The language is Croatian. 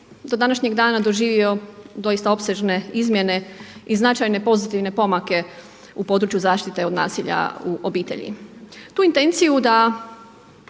do današnjeg dana doživio doista opsežne izmjene i značajne pozitivne pomake u području zaštite od nasilja u obitelji. Tu intenciju da